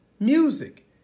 Music